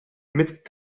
mit